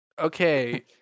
Okay